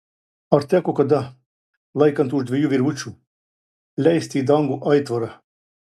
ar teko kada laikant už dviejų virvučių leisti į dangų aitvarą